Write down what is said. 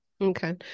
okay